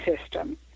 system